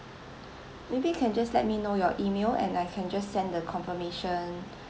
maybe can just let me know your email and I can just send the confirmation